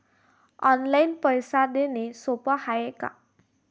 Online पैसे देण सोप हाय का?